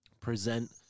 present